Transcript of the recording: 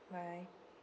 bye